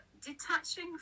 detaching